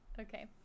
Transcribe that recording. Okay